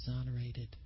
exonerated